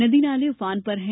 नदी नाले ऊफान पर हैं